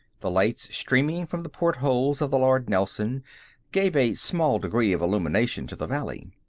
the lights streaming from the portholes of the lord nelson gave a small degree of illumination to the valley.